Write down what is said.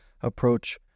approach